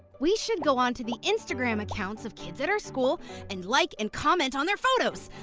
we should go onto the instagram accounts of kids at our school and like and comment on their photos!